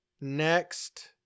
next